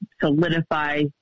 solidify